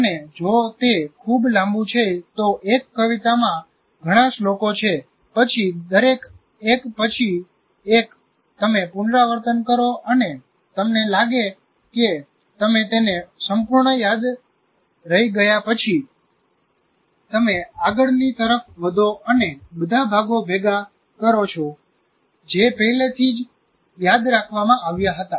અને જો તે ખૂબ લાંબુ છે તો એક કવિતામાં ઘણા શ્લોકો છે પછી દરેક એક પછી એક તમે પુનરાવર્તન કરો અને તમને લાગે કે તમે તેને સંપૂર્ણપણે યાદ રાઈ ગયા પછી તમે આગળની તરફ વધો અને બધા ભાગો ભેગા કરો જે પહેલેથી જ યાદરાખવામાં આવ્યા હતા